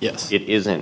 yes it isn't